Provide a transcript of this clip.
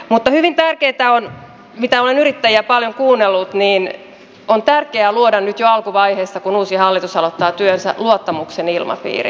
mutta hyvin tärkeää on mitä olen yrittäjiä paljon kuunnellut luoda nyt jo alkuvaiheessa kun uusi hallitus aloittaa työnsä luottamuksen ilmapiiri